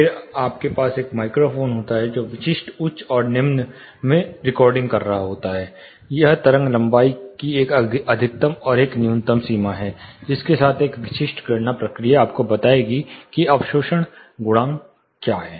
फिर आपके पास एक माइक्रोफ़ोन होता है जो विशिष्ट उच्च और निम्न में रिकॉर्डिंग कर रहा होता है यह तरंग लंबाई की एक अधिकतम और न्यूनतम है जिसके साथ एक विशिष्ट गणना प्रक्रिया आपको बताएगी कि अवशोषण गुणांक क्या है